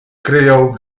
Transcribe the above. kryją